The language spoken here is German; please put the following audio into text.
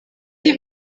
die